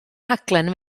rhaglen